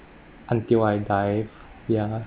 until I die ya